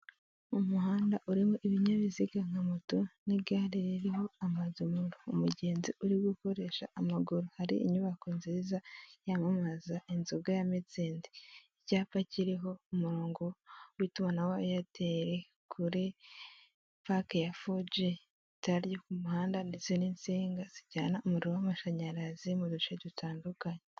Umuhanda urimo ibinyabiziga nka moto n'igare ririho amadomoro, umugenzi uri gukoresha amaguru hari inyubako nziza yamamaza inzoga ya mitsingi, icyapa kiriho umurongo w'itumanaho eyateri kuri pake ya foji, itara ryo ku muhanda ndetse n'insinga zijyana umuriro w'amashanyarazi mu duce dutandukanye.